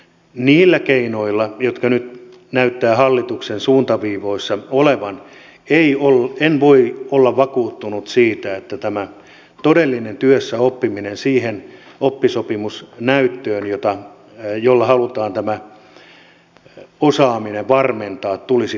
niillä keinoilla jotka nyt näyttävät hallituksen suuntaviivoissa olevan en voi olla vakuuttunut siitä että tämä todellinen työssäoppiminen liittyen siihen oppisopimusnäyttöön jolla halutaan tämä osaaminen varmentaa tulisi toteutumaan